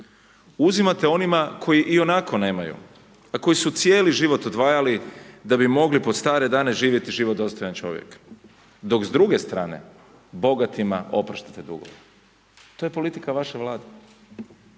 Uzimate onima koji ionako nemaju a koji su cijeli život odvajali da bi mogli pod stare dane živjeti život dostojan čovjeka dok s druge strane bogatima opraštate dugove. To je politika vaše Vlade.